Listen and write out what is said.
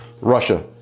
Russia